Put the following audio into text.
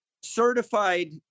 certified